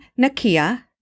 Nakia